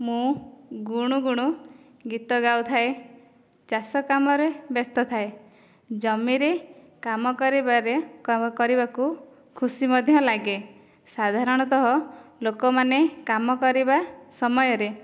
ମୁଁ ଗୁଣୁଗୁଣୁ ଗୀତ ଗାଉଥାଏ ଚାଷ କାମରେ ବ୍ୟସ୍ତ ଥାଏ ଜମିରେ କାମ କରିବାରେ କାମ କରିବାକୁ ଖୁସି ମଧ୍ୟ ଲାଗେ ସାଧାରଣତଃ ଲୋକମାନେ କାମ କରିବା ସମୟରେ